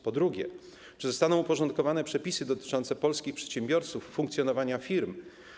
Po drugie, czy zostaną uporządkowane przepisy dotyczące polskich przedsiębiorców i funkcjonowania firm?